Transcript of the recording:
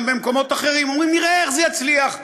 גם במקומות אחרים אומרים: נראה איך זה יצליח.